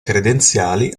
credenziali